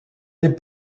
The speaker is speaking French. des